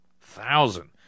thousand